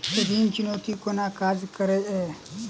ऋण चुकौती कोना काज करे ये?